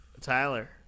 Tyler